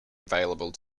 available